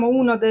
uno